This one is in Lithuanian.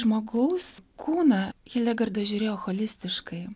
žmogaus kūną hilegarda žiūrėjo holistiškai